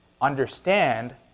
understand